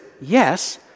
yes